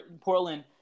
Portland